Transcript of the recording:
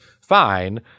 fine